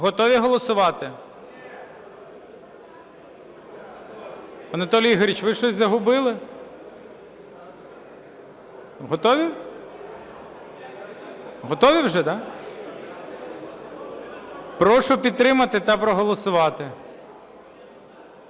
Готові голосувати? Анатолій Ігорович, ви щось загубили? Готові? Готові вже, да? Прошу підтримати та проголосувати.